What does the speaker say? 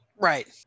Right